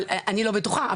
אני לא בטוחה,